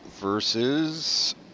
versus